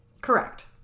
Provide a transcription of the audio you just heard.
Correct